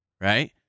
right